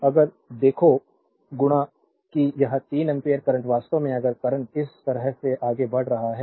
तो अगर देखो कि यह 3 एम्पीयर करंट वास्तव में अगर करंट इस तरह से आगे बढ़ रहा है